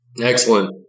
Excellent